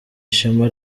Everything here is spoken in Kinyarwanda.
ishema